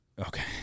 Okay